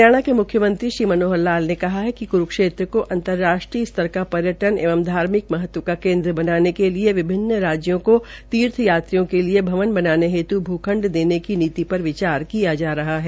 हरियाणा के मुख्यमंत्री श्री मनोहर लालने कहा कि क्रूक्षेत्र को अंतर्राष्ट्रीय स्तर पर पर्यटन एवं धार्मिक महत्व का केन्द्र बनाने के लिए विभिन्न राज्यों को तीर्थयात्रियों के लिए भवन बनाने हेतु भूखंड देने की नीति पर विचार किया जा रहा है